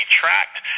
tracked